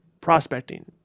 prospecting